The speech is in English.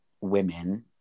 women